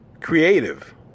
creative